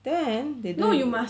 then they